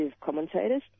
commentators